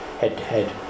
head-to-head